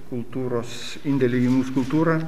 kultūros indėlį į mūsų kultūrą